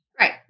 Right